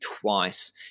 twice